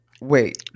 wait